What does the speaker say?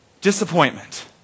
Disappointment